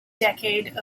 decade